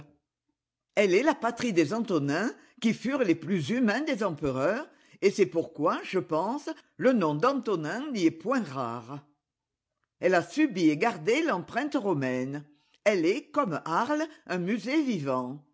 elle est la patrie des antonins qui furent les plus humains des empereurs et c'est pourquoi je pense le nom d'antonin n'y est point rare elle a subi et gardé l'empreinte romaine elle est comme arles un musée vivant